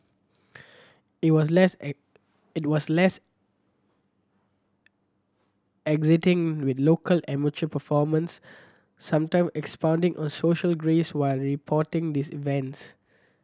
it was less it was less exacting with local amateur performance sometime expounding on social grace while reporting these events